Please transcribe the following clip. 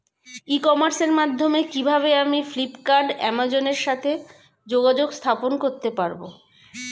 ই কমার্সের মাধ্যমে কিভাবে আমি ফ্লিপকার্ট অ্যামাজন এর সাথে যোগাযোগ স্থাপন করতে পারব?